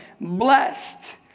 Blessed